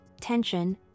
tension